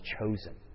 chosen